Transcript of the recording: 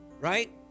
Right